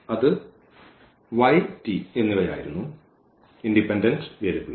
അത് y t ആയിരുന്നു independence വേരിയബിളുകൾ